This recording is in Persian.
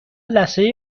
لثه